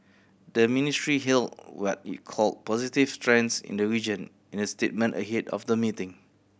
the ministry hailed what it called positive trends in the region in a statement ahead of the meeting